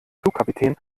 flugkapitän